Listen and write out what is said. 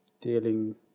dealing